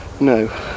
No